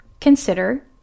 consider